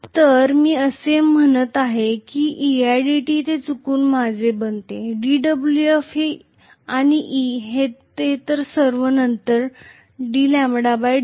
तर मी असे म्हणत आहे की eidt ते चुकून माझे बनते dwf आणि e तर ते सर्व नंतर ddt